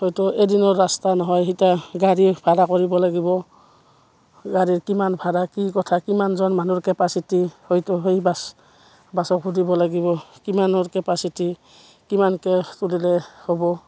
হয়তো এদিনৰ ৰাস্তা নহয় এতিয়া গাড়ী ভাড়া কৰিব লাগিব গাড়ীৰ কিমান ভাড়া কি কথা কিমানজন মানুহৰ কেপাচিটি হয়তো সেই বাছ বাছক সুধিব লাগিব কিমানৰ কেপাচিটি কিমানকৈ তুলিলে হ'ব